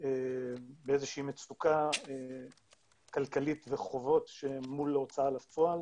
באיזושהי מצוקה כלכלית וחובות מול ההוצאה לפועל,